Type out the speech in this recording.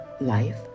life